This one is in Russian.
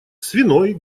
свиной